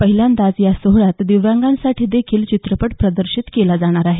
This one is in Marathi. पहिल्यांदाच या सोहळ्यात दिव्यांगांसाठी देखील चित्रपट प्रदर्शित केला जाणार आहे